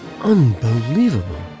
Unbelievable